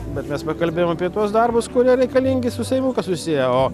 bet mes pakalbėjom apie tuos darbus kurie reikalingi su seimu kas susiję o